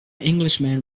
englishman